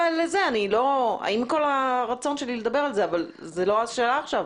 עם כל הרצון שלי לדבר על זה זאת לא השאלה עכשיו.